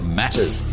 matters